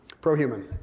Pro-human